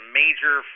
major